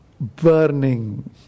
burning